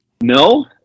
no